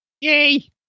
Yay